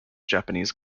japanese